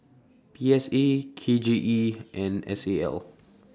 P S A K J E and S A L